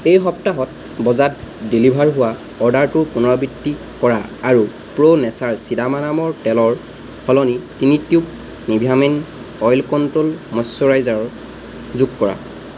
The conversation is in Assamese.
এই সপ্তাহত বজাত ডেলিভাৰ হোৱা অৰ্ডাৰটোৰ পুনৰাবৃত্তি কৰা আৰু প্ৰো নেচাৰ চীনাবাদামৰ তেলৰ সলনি তিনি tube Nivea men oil control moisturiser যোগ কৰা